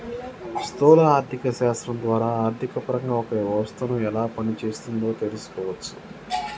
స్థూల ఆర్థిక శాస్త్రం ద్వారా ఆర్థికపరంగా ఒక వ్యవస్థను ఎలా పనిచేస్తోందో తెలుసుకోవచ్చు